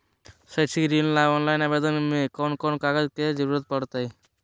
शैक्षिक ऋण ला ऑनलाइन आवेदन में कौन कौन कागज के ज़रूरत पड़तई?